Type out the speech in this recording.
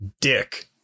Dick